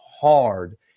hard